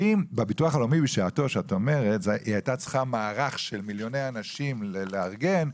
הביטוח הלאומי בשעתו היה צריך מערך של מיליוני אנשים לארגן,